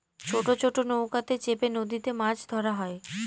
ছোট ছোট নৌকাতে চেপে নদীতে মাছ ধরা হয়